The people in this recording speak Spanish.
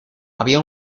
había